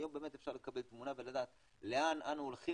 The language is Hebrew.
היום באמת אפשר לקבל תמונה ולדעת לאן אנו הולכים